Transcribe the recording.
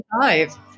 five